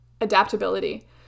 Adaptability